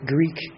Greek